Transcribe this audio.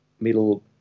middle